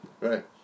Right